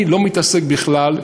אני לא מתעסק בכלל,